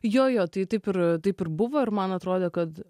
jo jo tai taip ir taip ir buvo ir man atrodė kad